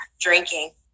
drinking